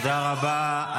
תודה רבה.